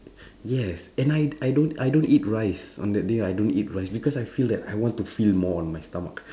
yes and I I don't I don't eat rice on that day I don't eat rice because I feel that I want to fill more on my stomach